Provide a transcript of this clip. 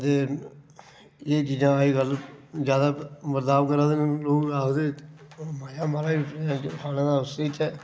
ते एह् चीजां अजकल ज्यादा बर्ताव करा देन लोग आखदे मजा महाराज खाने दा इस्सै च ऐ